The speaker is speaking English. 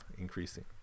increasing